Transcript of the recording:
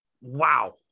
Wow